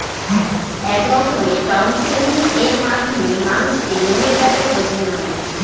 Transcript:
এক রকমের কাউন্সেলিং এর মাধ্যমে মানুষকে লোনের ব্যাপারে বোঝানো হয়